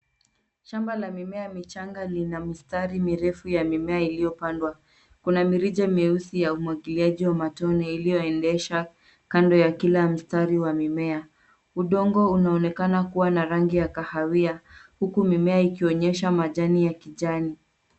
Shamba la mimea michanga lina mistari mirefu ya mimea iliyopandwa. Kuna mirija mieusi ya umwagiliaji wa matone iliyoendesha kando ya kila mstari wa mimea. Udongo unaonekana kuwa na rangi ya kahawia huku mimea ikionyesha majani ya kijani.